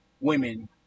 women